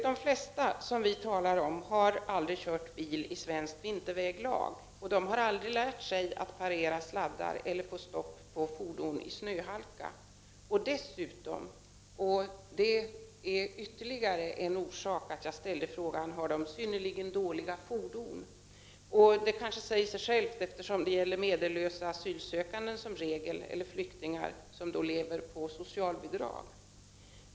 De flesta som vi talar om har aldrig kört bil i svenskt vinterväglag, och de har aldrig lärt sig att parera sladdar eller att få stopp på fordon i snöhalka. Dessutom har dessa personer, vilket var ytterligare en anledning till att jag ställde frågan, synnerligen dåliga fordon. Det kanske säger sig självt, eftersom det som regel gäller medellösa asylsökande eller flyktingar som lever på socialbidrag.